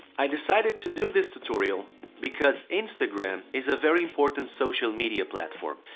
i decided to do this tutorial because instagram is a very important social media platform.